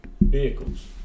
vehicles